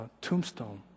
tombstone